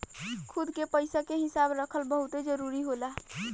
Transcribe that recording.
खुद के पइसा के हिसाब रखल बहुते जरूरी होला